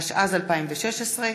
התשע"ז 2016,